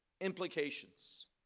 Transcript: implications